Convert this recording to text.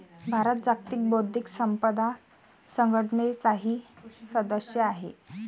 भारत जागतिक बौद्धिक संपदा संघटनेचाही सदस्य आहे